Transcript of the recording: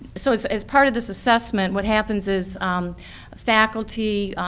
so as as part of this assessment, what happens is faculty,